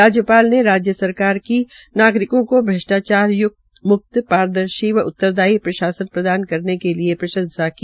राज्यपाल ने राज्य सरकार की नागरिकों को भ्रष्टाचार मुक्त पारदर्शी व उत्तरदायी प्रशासन प्रदान करने के लिये प्रंशसा की